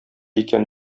икән